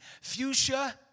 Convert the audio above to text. fuchsia